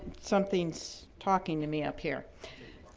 something's talking to me up here.